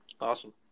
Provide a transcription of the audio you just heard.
Awesome